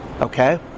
Okay